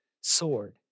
sword